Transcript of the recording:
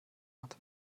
hat